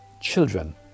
children